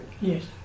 Yes